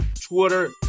Twitter